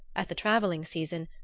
at the travelling season,